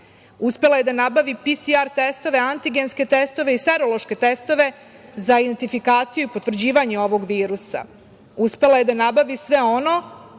Uspela je da nabavi PCR testove, antigenske testove i serološke testove za identifikaciju i potvrđivanje ovog virusa. Uspela je da nabavi sve ono